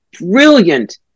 brilliant